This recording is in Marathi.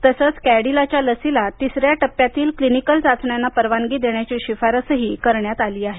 तसंच कॅडिलाच्या लसीला तिसऱ्या टप्प्यातील क्लिनिकल चाचण्यांना परवानगी देण्याची शिफारसही करण्यात आली आहे